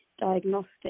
diagnostic